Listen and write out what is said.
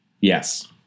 Yes